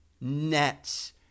Nets